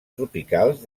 tropicals